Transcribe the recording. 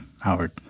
Howard